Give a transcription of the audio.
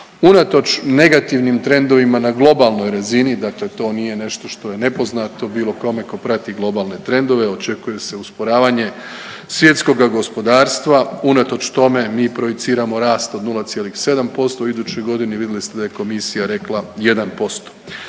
Unatoč negativnim trendovima na globalnoj razini dakle to nije nešto što je nepoznato bilo kome ko prati globalne trendove, očekuje se usporavanje svjetskoga gospodarstva, unatoč tome mi projiciramo rast od 0,7% u idućoj godini, vidjeli ste da je komisija rekla 1%.